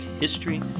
history